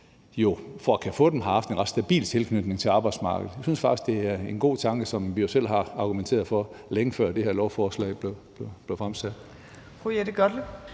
få det har haft en ret stabil tilknytning til arbejdsmarkedet. Vi synes faktisk, at det er en god tanke, som vi jo selv har argumenteret for, længe før det her lovforslag blev fremsat.